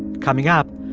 coming up,